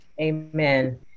Amen